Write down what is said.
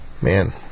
Man